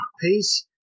peace